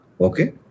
Okay